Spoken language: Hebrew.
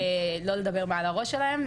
לא לדבר מעל הראש שלהן,